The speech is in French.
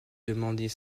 demander